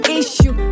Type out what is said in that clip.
issue